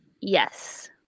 Yes